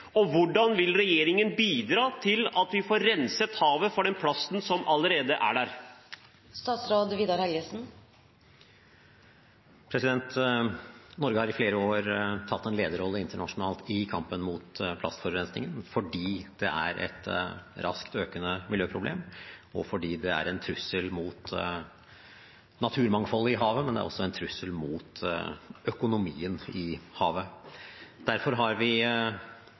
og hvordan vil regjeringen bidra til at vi får renset havet for den plasten som allerede er der? Norge har i flere år tatt en lederrolle internasjonalt i kampen mot plastforurensning – fordi det er et raskt økende miljøproblem, og fordi det er en trussel mot naturmangfoldet i havet, men også en trussel mot økonomien i havet. Derfor har vi i FNs miljøforsamling arbeidet frem mot det vedtaket vi